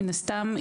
מן הסתם,